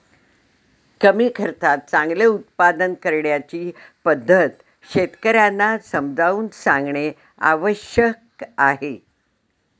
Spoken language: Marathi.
कमी खर्चात चांगले उत्पादन करण्याची पद्धत शेतकर्यांना समजावून सांगणे आवश्यक आहे